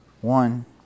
One